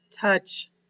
touch